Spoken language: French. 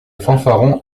fanfarons